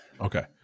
Okay